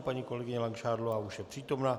Paní kolegyně Langšádlová už je přítomna.